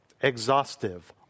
exhaustive